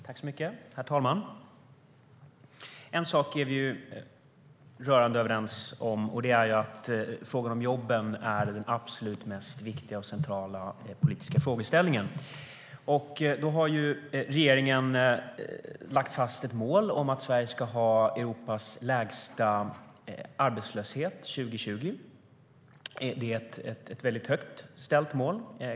Herr talman! En sak är vi rörande överens om, och det är att jobben är den absolut viktigaste och mest centrala politiska frågan. Regeringen har lagt fast målet att Sverige ska ha Europas lägsta arbetslöshet 2020. Det kan tyckas vara ett väldigt högt ställt mål.